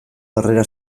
harrera